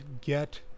get